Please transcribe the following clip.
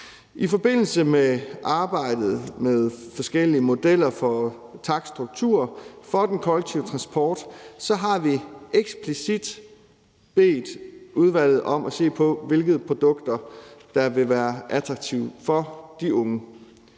I forbindelse med arbejdet med forskellige modeller for takststruktur for den kollektive transport har vi eksplicit bedt udvalget om at se på, hvilke produkter der vil være attraktive for de unge.